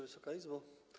Wysoka Izbo!